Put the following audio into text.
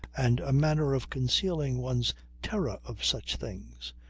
and a manner of concealing one's terror of such things.